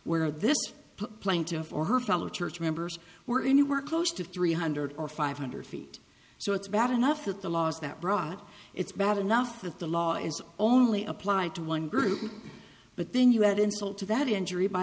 where this plaintive or her fellow church members were anywhere close to three hundred or five hundred feet so it's bad enough that the laws that brought it it's bad enough that the law is only applied to one group but then you add insult to that injury by